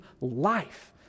life